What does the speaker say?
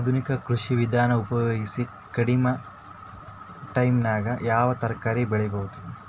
ಆಧುನಿಕ ಕೃಷಿ ವಿಧಾನ ಉಪಯೋಗಿಸಿ ಕಡಿಮ ಟೈಮನಾಗ ಯಾವ ತರಕಾರಿ ಬೆಳಿಬಹುದು?